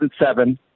2007